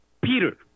Peter